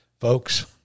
folks